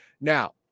Now